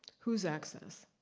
whose access?